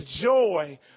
joy